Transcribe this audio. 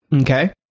Okay